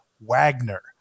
Wagner